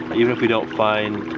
even if we don't find